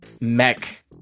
mech